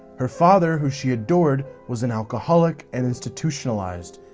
her father, who she adored, was an alcoholic and institutionalized,